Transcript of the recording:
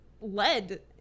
lead